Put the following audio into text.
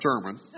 sermon